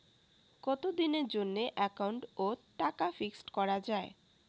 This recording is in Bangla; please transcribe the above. কতদিনের জন্যে একাউন্ট ওত টাকা ফিক্সড করা যায়?